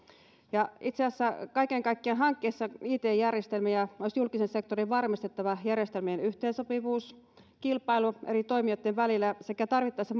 itse asiassa kaiken kaikkiaan hankittaessa it järjestelmiä olisi julkisen sektorin varmistettava järjestelmien yhteensopivuus kilpailu eri toimijoitten välillä sekä tarvittaessa